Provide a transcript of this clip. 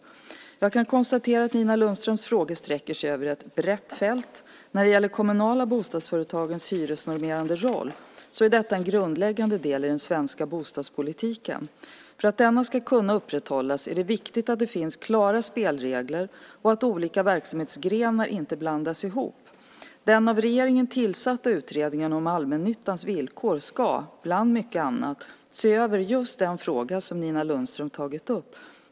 Jag kan konstatera att Nina Lundströms frågor sträcker sig över ett brett fält. När det gäller de kommunala bostadsföretagens hyresnormerande roll är detta en grundläggande del i den svenska bostadspolitiken. För att denna ska kunna upprätthållas är det viktigt att det finns klara spelregler och att olika verksamhetsgrenar inte blandas ihop. Den av regeringen tillsatta utredningen om allmännyttans villkor ska - bland mycket annat - se över just den fråga som Nina Lundström tagit upp.